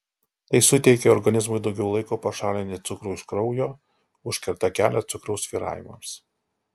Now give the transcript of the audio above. tai suteikia organizmui daugiau laiko pašalinti cukrų iš kraujo užkerta kelią cukraus svyravimams